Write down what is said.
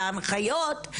בהנחיות,